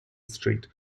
street